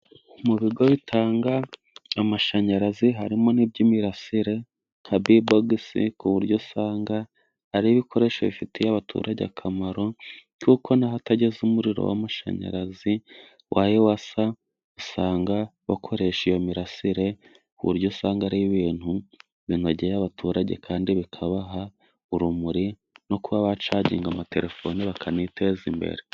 Mu bigo bitanga amashanyarazi harimo n'iby'imirasire nka bibogisi, ku buryo usanga ari ibikoresho bifitiye abaturage akamaro. Kuko n'ahatageze umuriro w'amashanyarazi wa ewasa usanga bakoresha iyo mirasire ku buryo usanga ari ibintu binogeye abaturage kandi bikabaha urumuri no kuba bacaginga amaterefoni bakaniteza imbere.